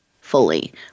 fully